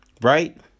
Right